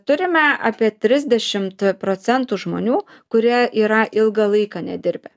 turime apie trisdešimt procentų žmonių kurie yra ilgą laiką nedirbę